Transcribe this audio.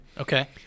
okay